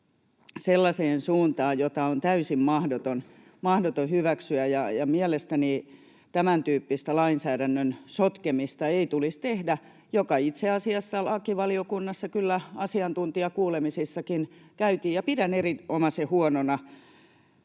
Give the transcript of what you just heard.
sellaiseen suuntaan, jota on täysin mahdoton hyväksyä, ja mielestäni tämäntyyppistä lainsäädännön sotkemista ei tulisi tehdä, jota itse asiassa lakivaliokunnassa kyllä asiantuntijakuulemisissakin käytiin. Pidän erinomaisen huonona